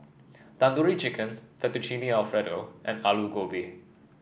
Tandoori Chicken Fettuccine Alfredo and Alu Gobi